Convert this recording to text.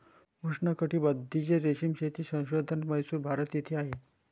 उष्णकटिबंधीय रेशीम शेती संशोधन म्हैसूर, भारत येथे आहे